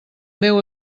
meu